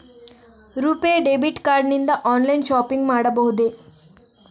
RuPay debit card ನಿಂದ online shopping ಮಾಡಬಹುದೇ?